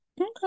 Okay